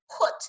put